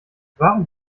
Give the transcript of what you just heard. warum